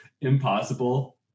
impossible